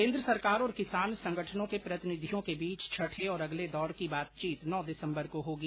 केन्द्र सरकार और किसान संगठनों के प्रतिनिधियों के बीच छठे और अगले दौर की बातचीत नौ दिसम्बर को होगी